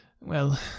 Well